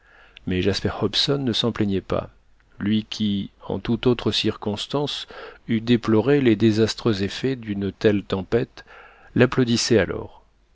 mais jasper hobson ne s'en plaignait pas lui qui en toute autre circonstance eût déploré les désastreux effets d'une telle tempête l'applaudissait alors